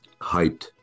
hyped